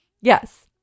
yes